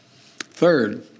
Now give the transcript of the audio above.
Third